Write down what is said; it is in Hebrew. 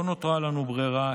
לא נותרה לנו ברירה.